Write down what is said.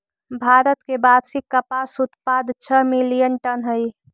भारत के वार्षिक कपास उत्पाद छः मिलियन टन हई